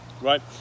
right